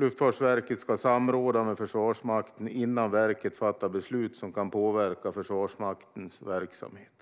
Luftfartsverket ska samråda med Försvarsmakten innan verket fattar beslut som kan påverka Försvarsmaktens verksamhet.